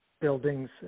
buildings